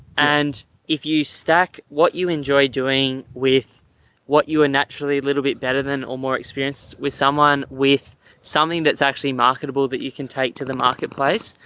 and if you stack what you enjoy doing with what you are naturally a little bit better than or more experience with someone with something that's actually marketable that you can take to the marketplace.